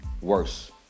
worse